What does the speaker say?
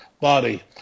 body